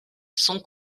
son